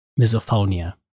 misophonia